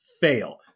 fail